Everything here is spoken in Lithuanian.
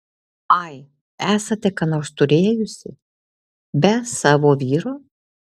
ai esate ką nors turėjusi be savo vyro